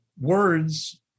Words